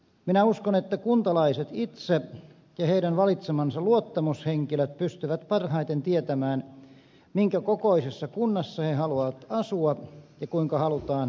minä uskon että kuntalaiset itse ja heidän valitsemansa luottamushenkilöt pystyvät parhaiten tietämään minkä kokoisessa kunnassa he haluavat asua ja kuinka halutaan toimia